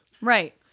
Right